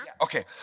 okay